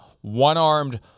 one-armed